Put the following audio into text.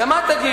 גם את,